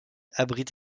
abrite